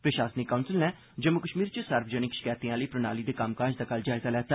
प्रशासनिक काउंसल नै जम्मू कश्मीर च सार्वजनिक शकैतें आह्ली प्रणाली दे कम्मकाज दा कल जायजा लैता